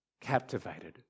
captivated